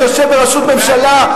שיושב בראשות ממשלה,